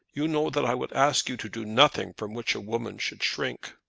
you know that i would ask you to do nothing from which a woman should shrink.